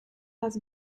has